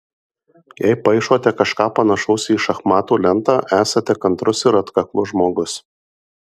jei paišote kažką panašaus į šachmatų lentą esate kantrus ir atkaklus žmogus